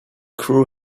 crew